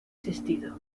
existido